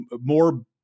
more